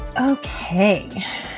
Okay